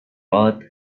earth